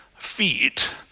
feet